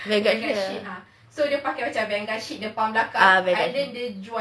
vanguard ah vanguard